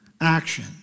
action